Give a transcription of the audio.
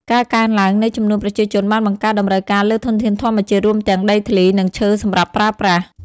ការកើនឡើងនៃចំនួនប្រជាជនបានបង្កើនតម្រូវការលើធនធានធម្មជាតិ រួមទាំងដីធ្លី និងឈើសម្រាប់ប្រើប្រាស់។